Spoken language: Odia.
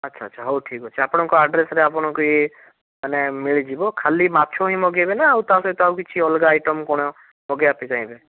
ଆଚ୍ଛା ଆଚ୍ଛା ହଉ ଠିକ୍ ଅଛି ଆପଣଙ୍କ ଆଡ଼୍ରେସ୍ରେ ଆପଣଙ୍କୁ ଇଏ ମାନେ ମିଳିଯିବ ଖାଲି ମାଛ ହିଁ ମଗାଇବେ ନା ତା ସହିତ ଆଉ କିଛି ଅଲଗା ଆଇଟମ୍ କ'ଣ ମଗାଇବା ପାଇଁ ଚାହିଁବେ